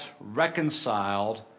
reconciled